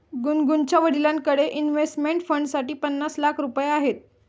गुनगुनच्या वडिलांकडे इन्व्हेस्टमेंट फंडसाठी पन्नास लाख रुपये आहेत